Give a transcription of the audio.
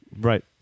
Right